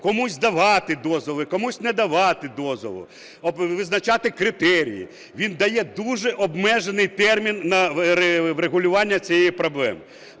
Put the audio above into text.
комусь давати дозволи, комусь не давати дозволи, визначати критерії. Він дає дуже обмежений термін на врегулювання цієї проблеми.